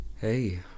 Hey